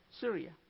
Syria